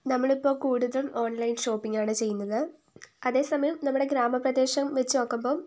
നമ്മളിപ്പം കൂടുതലും ഓൺലൈൻ ഷോപ്പിങ്ങാണ് ചെയ്യുന്നത് അതേസമയം നമ്മുടെ ഗ്രാമപ്രദേശം വച്ച് നോക്കുമ്പം